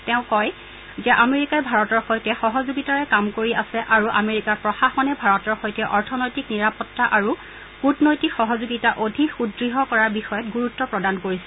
তেওঁ কয় যে আমেৰিকাই ভাৰতৰ সৈতে সহযোগিতাৰে কাম কৰি আছে আৰু আমেৰিকাৰ প্ৰশাসনে ভাৰতৰ সৈতে অৰ্থনৈতিক নিৰাপত্তা আৰু কূটনৈতিক সহযোগিতা অধিক সুদঢ় কৰাৰ বিষয়ত গুৰুত্ব প্ৰদান কৰিছে